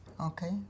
Okay